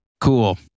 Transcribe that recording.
cool